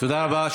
תודה רבה.